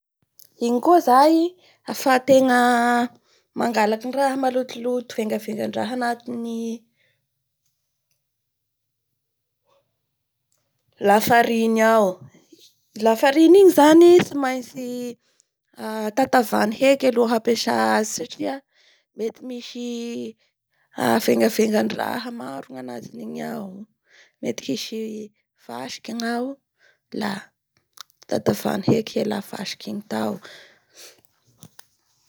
Iny koa zany afahategna mangalaky ny raha malotoloto vegavengandraha anatin'ny lafariny ao. Lafariny iny zany tsy maintsy tatavany heky alohan'ny hampesà azy satria mety hisy vengavengandraha maro gnanatiny ao. Mety hisy fasiky ny ao la tatavany heky hiala vasiky igny tao.